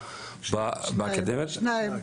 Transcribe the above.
שניים.